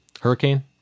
Hurricane